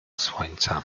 słońca